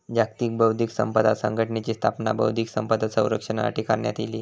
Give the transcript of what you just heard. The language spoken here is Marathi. जागतिक बौध्दिक संपदा संघटनेची स्थापना बौध्दिक संपदा संरक्षणासाठी करण्यात इली